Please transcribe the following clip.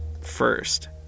first